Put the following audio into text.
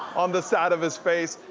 on the side of his face.